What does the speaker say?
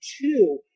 two